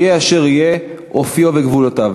יהיו אשר יהיו אופיו וגבולותיו.